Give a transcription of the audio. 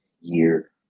year